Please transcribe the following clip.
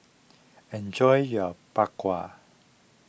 enjoy your Bak Kwa